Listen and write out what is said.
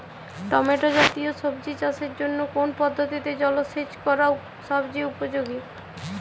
Tomato জাতীয় সবজি চাষের জন্য কোন পদ্ধতিতে জলসেচ করা সবচেয়ে উপযোগী?